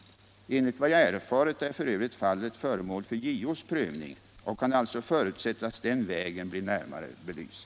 Enligt vad jag erfarit är fallet f. ö. föremål för JO:s prövning och kan alltså förutsättas den vägen bli närmare belyst.